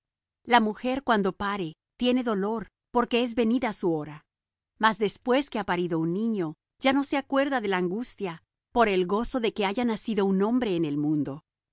la mujer cuando pare tiene dolor porque es venida su hora mas después que ha parido un niño ya no se acuerda de la angustia por el gozo de que haya nacido un hombre en el mundo